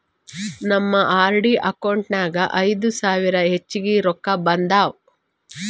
ನಮ್ದು RD account ನಾಗ್ ಐಯ್ದ ಸಾವಿರ ಹೆಚ್ಚಿಗೆ ರೊಕ್ಕಾ ಬಂದಾವ್